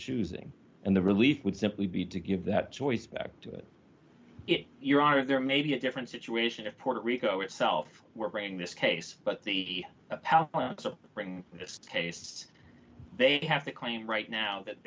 choosing and the relief would simply be to give that choice back to it your honor there may be a different situation if puerto rico itself were praying this case but the path to bring this case they have to claim right now that